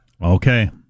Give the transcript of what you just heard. Okay